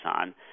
on